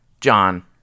John